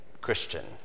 Christian